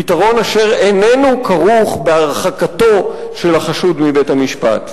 פתרון אשר איננו כרוך בהרחקתו של החשוד מבית-המשפט.